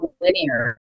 linear